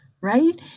right